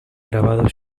grabado